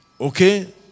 Okay